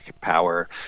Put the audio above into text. power